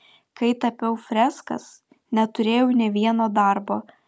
kai tapiau freskas neturėjau nė vieno darbo